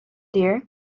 dear